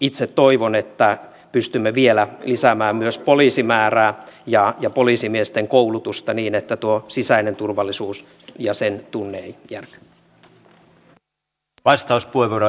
itse toivon että pystymme vielä lisäämään myös poliisimäärää ja poliisimiesten koulutusta niin että tuo sisäinen turvallisuus ja sen tunne eivät järky